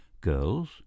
Girls